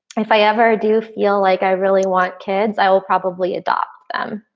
if i ever do feel like i really want kids i will probably adopt them.